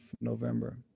November